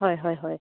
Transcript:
হয় হয় হয়